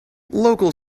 local